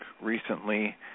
recently